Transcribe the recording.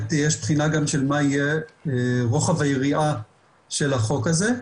יש בחינה גם של מה יהיה רוחב היריעה של החוק הזה,